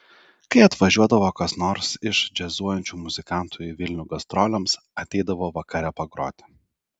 kai atvažiuodavo kas nors iš džiazuojančių muzikantų į vilnių gastrolėms ateidavo vakare pagroti